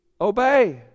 obey